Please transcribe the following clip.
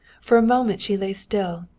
for a moment she lay still,